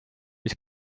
mis